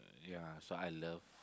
ya so I love